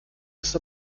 ist